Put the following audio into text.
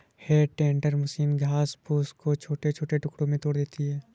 हे tender machine घास फूस को छोटे छोटे टुकड़ों में तोड़ देती है